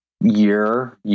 year